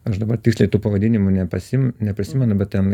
aš dabar tiksliai tų pavadinimų nepasim neprisimenu bet ten